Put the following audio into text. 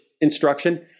instruction